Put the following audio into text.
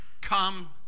come